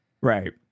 right